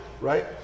right